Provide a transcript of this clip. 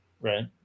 Right